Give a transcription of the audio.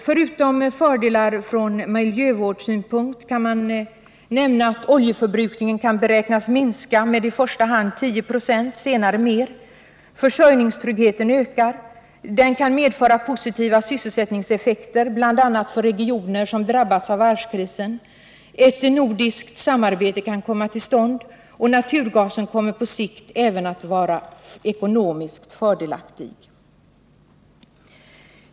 Förutom fördelar ur miljövårdssynpunkt kan man nämna att oljeförbrukningen beräknas minska med i första hand 10 96 och senare mer. Försörjningstryggheten ökar. Naturgasen kan medföra positiva sysselsättningseffekter, bl.a. för regioner som drabbats av varvskrisen. Ett nordiskt samarbete kan komma till stånd, och naturgasen kommer på sikt även att vara ekonomiskt fördelaktig.